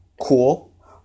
cool